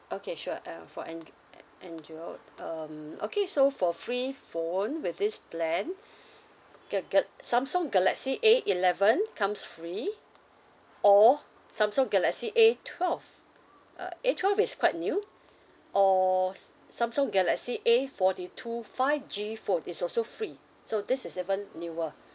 okay sure uh for andr~ a~ android um okay so for free phone with this plan ga~ gal~ samsung galaxy A eleven comes free or samsung galaxy A twelve uh a twelve is quite new or s~ samsung galaxy A forty two five G phone is also free so this is even newer